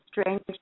strange